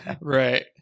Right